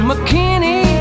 McKinney